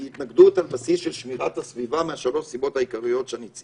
היא התנגדות על בסיס של שמירת הסביבה משלוש הסיבות העיקריות שציינתי.